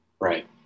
Right